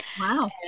wow